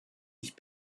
ich